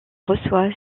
reçoit